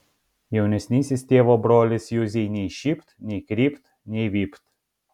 jaunesnysis tėvo brolis juzei nei šypt nei krypt nei vypt